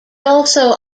also